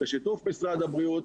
בשיתוף משרד הבריאות,